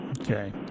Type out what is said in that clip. Okay